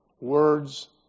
words